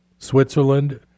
Switzerland